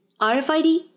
RFID